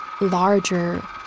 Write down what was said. larger